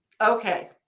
Okay